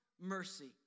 mercy